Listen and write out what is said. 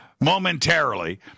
momentarily